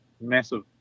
massive